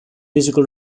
musical